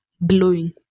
blowing